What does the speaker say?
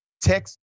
text